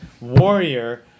warrior